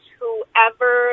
whoever